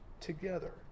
together